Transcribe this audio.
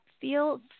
Feel